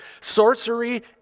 sorcery